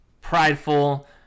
prideful